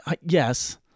yes